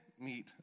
meet